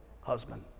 husband